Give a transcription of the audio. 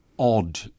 odd